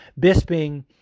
Bisping